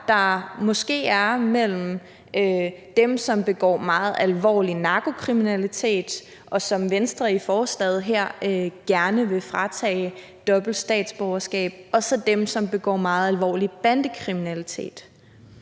der måske er mellem dem, som begår meget alvorlig narkokriminalitet, som Venstre i forslaget her gerne vil fratage dobbelt statsborgerskab, og så dem, som begår meget alvorlig bandekriminalitet?